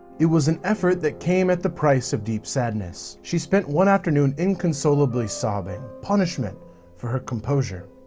it was an effort that came at the price of deep sadness. she spent one afternoon inconsolably sobbing, punishment for her composure.